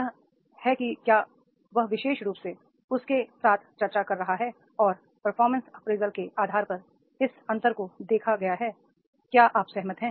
यह है कि क्या वह विशेषरूप से उसके साथ चर्चा कर रहा है और परफॉर्मेंस अप्रेजल के आधार पर इस अंतर को देखा गया है क्या आप सहमत हैं